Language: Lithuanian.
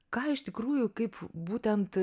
ką iš tikrųjų kaip būtent